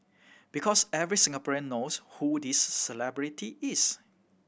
because every Singaporean knows who this celebrity is